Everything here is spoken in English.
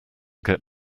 get